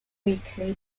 weakly